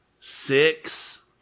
six